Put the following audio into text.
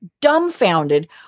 dumbfounded